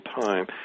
time